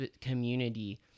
community